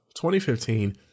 2015